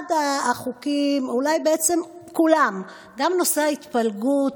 אחד החוקים, אולי בעצם כולם, גם נושא ההתפלגות,